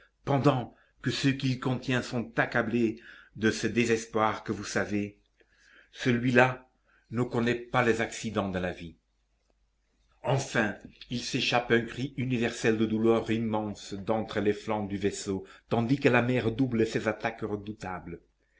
pendant que ceux qu'il contient sont accablés de ce désespoir que vous savez celui-là ne connaît pas les accidents de la vie enfin il s'échappe un cri universel de douleur immense d'entre les flancs du vaisseau tandis que la mer redouble ses attaques redoutables